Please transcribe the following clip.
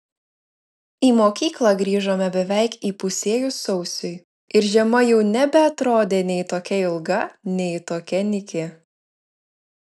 į mokyklą grįžome beveik įpusėjus sausiui ir žiema jau nebeatrodė nei tokia ilga nei tokia nyki